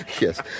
Yes